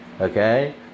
okay